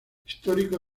histórico